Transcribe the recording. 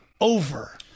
over